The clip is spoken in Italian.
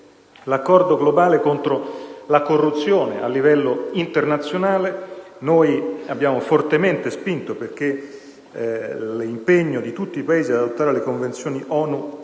l'accordo globale contro la corruzione a livello internazionale. Abbiamo fortemente spinto sull'impegno di tutti i Paesi ad adottare le convenzioni ONU